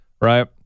right